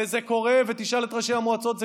וזה קורה, ותשאל את ראשי המועצות.